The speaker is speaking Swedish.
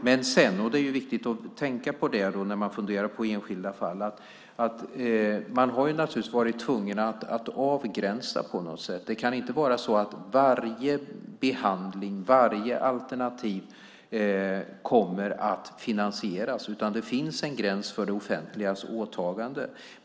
Men sedan - det är viktigt att tänka på det när man funderar på enskilda fall - har man naturligtvis varit tvungen att avgränsa på något sätt. Det kan inte vara så att varje behandling, varje alternativ, kommer att finansieras, utan det finns en gräns för det offentligas åtagande.